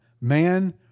man